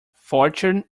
fortune